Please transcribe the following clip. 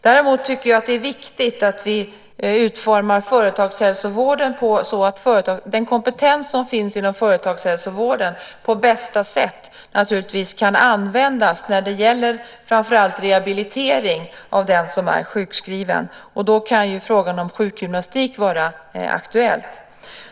Däremot tycker jag att det är viktigt att vi utformar företagshälsovården så att den kompetens som finns inom företagshälsovården på bästa sätt kan användas när det gäller framför allt rehabilitering av den som är sjukskriven. Då kan frågan om sjukgymnastik vara aktuell.